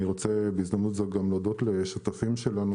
אני רוצה בהזדמנות זו גם להודות לשותפים שלנו,